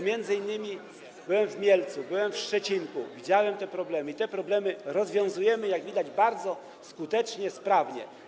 Między innymi byłem w Mielcu, byłem w Szczecinku, widziałem te problemy i te problemy rozwiązujemy, jak widać, bardzo skutecznie, sprawnie.